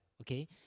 okay